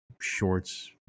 shorts